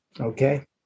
okay